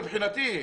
מבחינתי.